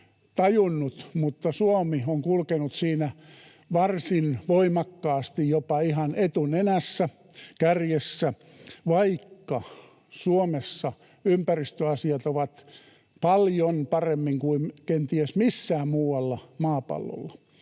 tajunnut — siinä varsin voimakkaasti jopa ihan etunenässä, kärjessä, vaikka Suomessa ympäristöasiat ovat paljon paremmin kuin kenties missään muualla maapallolla